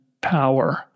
power